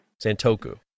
santoku